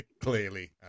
clearly